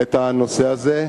את הנושא הזה.